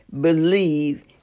believe